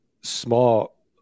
small